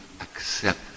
accept